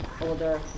older